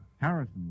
Harrison